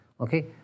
okay